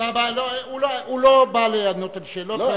הוא לא בא לענות על שאלות.